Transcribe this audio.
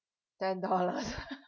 ten dollars